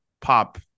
pop